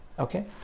Okay